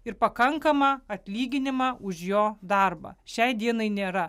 ir pakankamą atlyginimą už jo darbą šiai dienai nėra